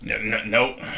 Nope